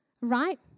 Right